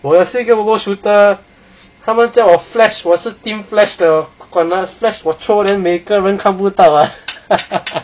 我也是 bobo shooter 他们叫我 flash 我也是 team flash 的 got flash 我 throw then 每个人都看不到 ah